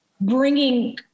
bringing